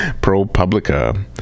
ProPublica